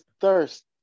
thirst